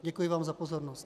Děkuji vám za pozornost.